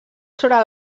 sobre